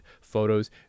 photos